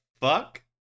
fuck